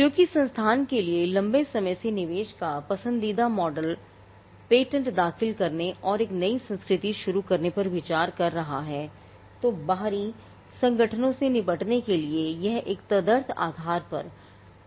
क्योंकि संस्थान के लिए लंबे समय के निवेश का पसंदीदा मॉडल पेटेंट दाखिल करने और एक नई संस्कृति शुरू करने पर विचार कर रहा है तो बाहरी संगठनों से निपटने के लिए यह एक तदर्थ आधार उनके लिए अधिक व्यवहार्य होगा